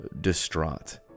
distraught